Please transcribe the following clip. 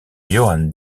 johann